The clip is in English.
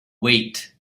wait